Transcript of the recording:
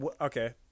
okay